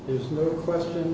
there's no question